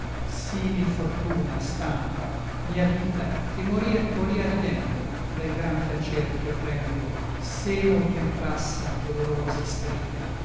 simil fortuna stampa mia vita che morir poria ridendo del gran piacer ch'io prendo se nol temprassen dolorosi stridi